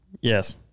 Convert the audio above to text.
Yes